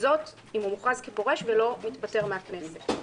וזאת אם הוא מוכרז כפורש ולא מתפטר מהכנסת.